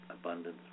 abundance